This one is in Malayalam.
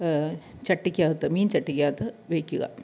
ചട്ടിക്കകത്ത് മീൻ ചട്ടിക്കകത്ത് വെയ്ക്കുക